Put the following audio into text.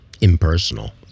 impersonal